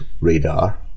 radar